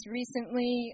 recently